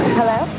hello